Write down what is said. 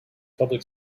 public